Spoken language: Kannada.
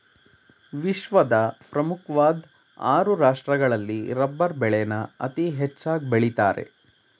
ವಿಶ್ವದ ಪ್ರಮುಖ್ವಾಧ್ ಆರು ರಾಷ್ಟ್ರಗಳಲ್ಲಿ ರಬ್ಬರ್ ಬೆಳೆನ ಅತೀ ಹೆಚ್ಚಾಗ್ ಬೆಳಿತಾರೆ